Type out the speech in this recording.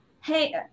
hey